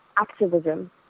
activism